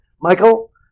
Michael